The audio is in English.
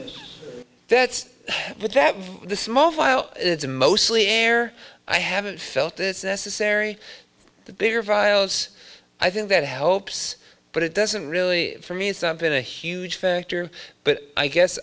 yours that's but that the small file it's mostly air i haven't felt this necessary the bigger files i think that helps but it doesn't really for me it's been a huge factor but i guess